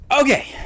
Okay